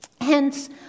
Hence